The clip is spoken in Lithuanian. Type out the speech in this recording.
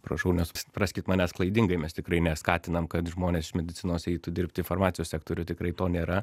prašau nesupraskit manęs klaidingai mes tikrai neskatinam kad žmonės iš medicinos eitų dirbt į farmacijos sektorių tikrai to nėra